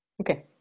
Okay